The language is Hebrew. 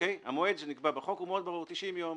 המועד שנקבע בחוק הוא מאוד ברור 90 יום.